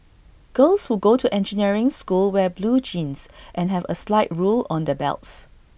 girls who go to engineering school wear blue jeans and have A slide rule on their belts